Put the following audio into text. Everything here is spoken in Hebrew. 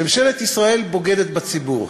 ממשלת ישראל בוגדת בציבור.